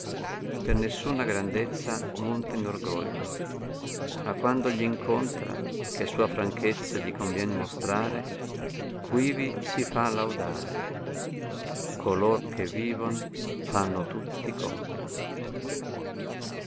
per nessuna grandezza monta in orgoglio ma quando gp incontra che sua franchezza gli convien mostrare quivi si fa laudare color che vivon fanno tutti contra